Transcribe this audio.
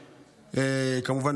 כמובן,